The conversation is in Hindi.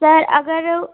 सर अगर